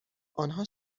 آنها